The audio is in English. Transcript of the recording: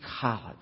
college